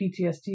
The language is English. PTSD